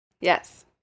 Yes